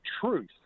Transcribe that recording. truth